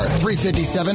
357